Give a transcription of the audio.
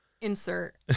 Insert